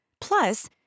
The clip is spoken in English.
Plus